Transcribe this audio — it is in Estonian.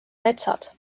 metsad